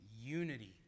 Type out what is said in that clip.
unity